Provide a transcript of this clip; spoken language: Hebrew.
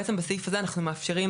בעצם בסעיף הזה אנחנו מאפשרים,